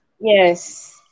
Yes